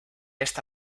esta